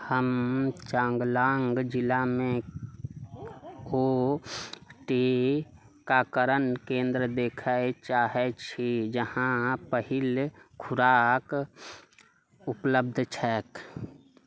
हम चाँगलाँग जिलामे ओ टीकाकरण केन्द्र देखैत चाहैत छी जहाँ पहिल खुराक उपलब्ध छैक